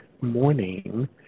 morning